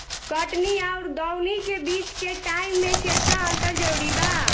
कटनी आउर दऊनी के बीच के टाइम मे केतना अंतर जरूरी बा?